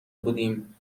بودیم